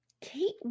Kate